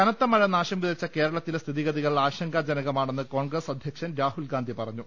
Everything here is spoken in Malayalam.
കനത്ത മഴ നാശം വിതച്ച കേരളത്തില സ്ഥിതിഗതികൾ ആശങ്കാ ജനകമെന്ന് കോൺഗ്രസ് അധ്യക്ഷൻ രാഹുൽ ഗാന്ധി പറഞ്ഞു